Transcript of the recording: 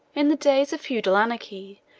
in the days of feudal anarchy,